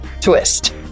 TWIST